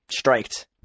striked